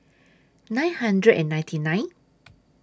nine hundred and ninety nine